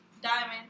Diamond